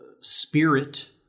spirit